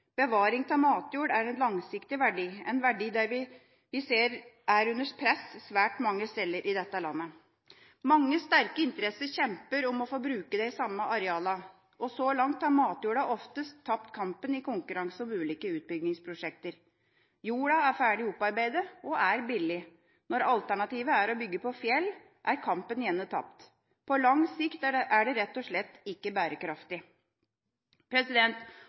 Bevaring av matjord er en langsiktig verdi – en verdi vi ser er under press svært mange steder i dette landet. Mange sterke interesser kjemper om å få bruke de samme arealene, og så langt har matjorda oftest tapt kampen i konkurranse med ulike utbyggingsprosjekter. Jorda er ferdig opparbeidet og er billig. Når alternativet er å bygge på fjell, er kampen gjerne tapt. På lang sikt er det rett og slett ikke bærekraftig.